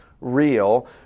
real